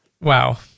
Wow